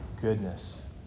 goodness